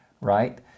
right